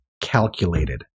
calculated